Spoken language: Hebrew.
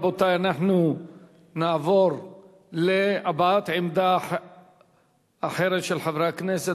אנחנו נעבור להבעת עמדה אחרת של חברי הכנסת.